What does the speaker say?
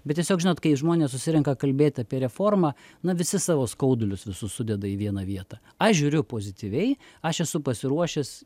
bet tiesiog žinot kai žmonės susirenka kalbėt apie reformą na visi savo skaudulius visus sudeda į vieną vietą aš žiūriu pozityviai aš esu pasiruošęs